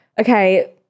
Okay